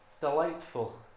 delightful